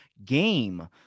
game